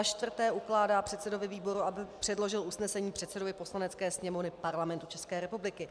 4. ukládá předsedovi výboru, aby předložil usnesení předsedovi Poslanecké sněmovny Parlamentu České republiky.